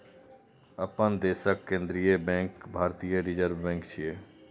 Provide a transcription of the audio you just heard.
अपना देशक केंद्रीय बैंक भारतीय रिजर्व बैंक छियै